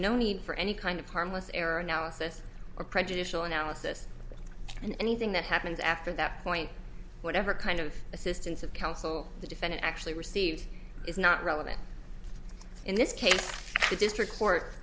no need for any kind of harmless error analysis or prejudicial analysis and anything that happens after that point whatever kind of assistance of counsel the defendant actually received is not relevant in this case the district court